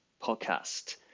podcast